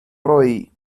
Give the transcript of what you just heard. roi